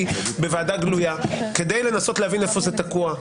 בוועדה גלויה כדי לנסות להבין איפה זה תקוע,